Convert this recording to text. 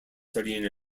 studying